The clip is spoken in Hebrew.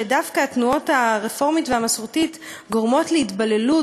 שדווקא התנועות הרפורמית והמסורתית גורמות להתבוללות,